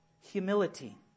Humility